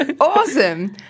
Awesome